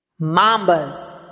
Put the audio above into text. mambas